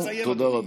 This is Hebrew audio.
תודה רבה.